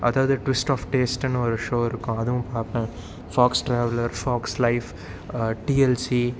அதாவது twist of டேஸ்ட்டுனு ஒரு ஷோ இருக்கும் அதுவும் பார்ப்பேன் Fox traveller Fox life DLC